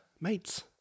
mates